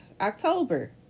October